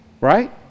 right